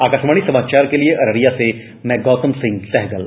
आकाशवाणी समाचार के लिए अररिया से गौतम सिंह सहगल